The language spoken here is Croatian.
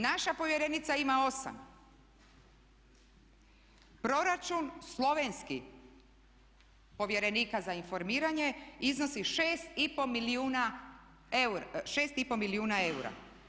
Naša povjerenica ima 8. Proračun slovenski povjerenika za informiranje iznosi 6 i pol milijuna eura.